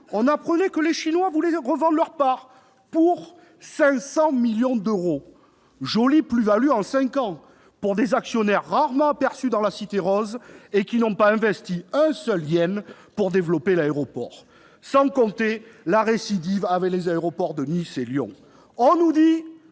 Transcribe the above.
on apprenait que les Chinois voulaient revendre leurs parts pour 500 millions d'euros : jolie plus-value en cinq ans, pour des actionnaires rarement aperçus dans la cité rose, et qui n'ont pas investi un seul yuan pour développer l'aéroport. Et je ne parle pas des récidives, avec les aéroports de Nice et de Lyon. On nous dit